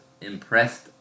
impressed